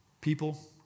people